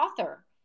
author